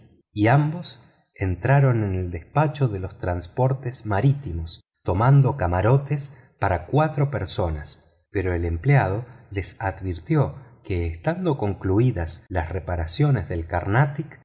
y ambos entraron en el despacho de los transportes marítimos tomando camarotes para cuatro personas pero el empleado les advirtió que estando concluídas las reparaciones del carnatic